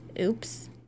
Oops